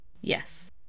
Yes